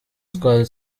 twari